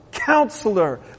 Counselor